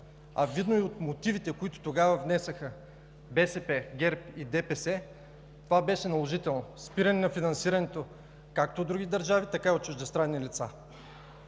е видно и от мотивите, които тогава внесоха БСП, ГЕРБ и ДПС – това беше наложително – спиране на финансирането както от други държави, така и от чуждестранни лица.